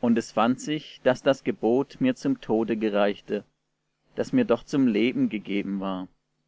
und es fand sich daß das gebot mir zum tode gereichte das mir doch zum leben gegeben war